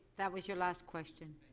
that was your last question.